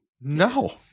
No